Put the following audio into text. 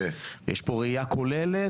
יש פה ראייה כוללת.